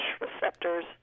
receptors